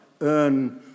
earn